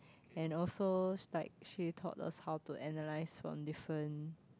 and also like she taught us how to analyse from different